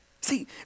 See